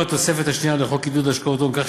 עדכון התוספת השנייה לחוק לעידוד השקעות הון כך